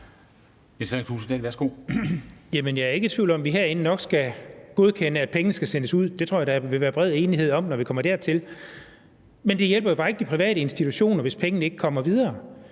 Jeg er ikke i tvivl om, at vi herinde nok skal godkende, at pengene skal sendes ud – det tror jeg da at der vil være bred enighed om, når vi kommer dertil – men det hjælper jo bare ikke de private institutioner, hvis pengene ikke kommer videre.